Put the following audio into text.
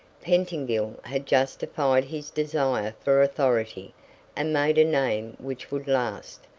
pettingill had justified his desire for authority and made a name which would last.